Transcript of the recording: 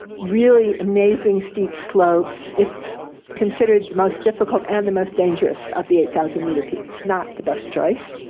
really amazing steep slopes. it's considered the most difficult and the most dangerous of the eight thousand meter peaks. not the best choice,